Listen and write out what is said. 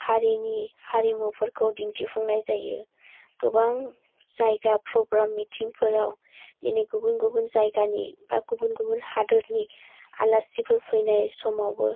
हारिनि हारिमुफोरखौ दिन्थिफुंनाय जायो गोबां जायगा प्रग्राम मिथिंफोराव दिनै गुबुन गुबुन जायगानि बा गुबुन गुबुन हादरनि आलासिफोर फैनाय समावबो